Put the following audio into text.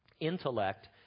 Intellect